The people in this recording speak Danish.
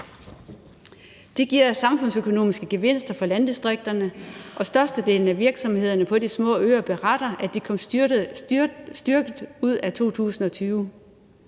Det giver samfundsøkonomiske gevinster for landdistrikterne, og størstedelen af virksomhederne på de små øer beretter, at de kom styrket ud af 2020.